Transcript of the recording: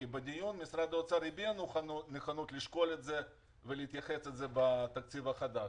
כי בדיון משרד האוצר הביע נכונות לשקול את זה ולהתייחס לזה בתקציב החדש.